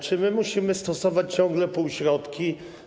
Czy my musimy stosować ciągle półśrodki?